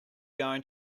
going